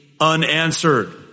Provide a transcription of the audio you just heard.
unanswered